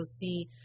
see